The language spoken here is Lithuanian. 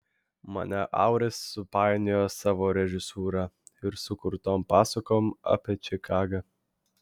mane auris supainiojo savo režisūra ir sukurtom pasakom apie čikagą